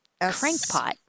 crankpot